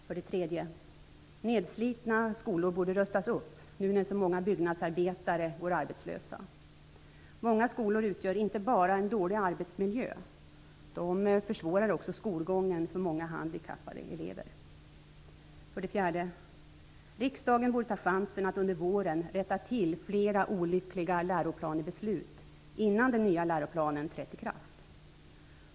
För det tredje borde nedslitna skolor rustas upp nu när så många bygggnadsarbetare går arbetslösa. Många skolor utgör inte bara är en dålig arbetsmiljö. De försvårar också skolgången för handikappade elever. För det fjärde borde riksdagen ta chansen att under våren rätta till flera olyckliga läroplansbeslut, innan den nya läroplanen träder i kraft.